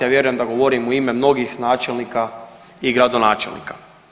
Ja vjerujem da govorim u ime mnogih načelnika i gradonačelnika.